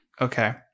Okay